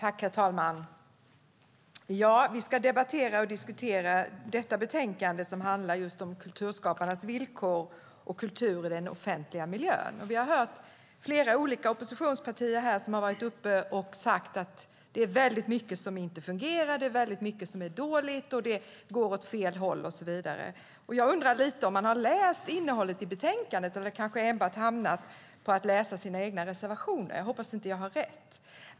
Herr talman! Vi debatterar och diskuterar betänkandet om kulturskaparnas villkor och kulturen i den offentliga miljön. Vi har hört flera olika oppositionspolitiker säga att det är väldigt mycket som inte fungerar och som är dåligt, att det går åt fel håll och så vidare. Jag undrar om man läst innehållet i betänkandet eller kanske enbart läst sina egna reservationer. Jag hoppas att jag inte har rätt i det.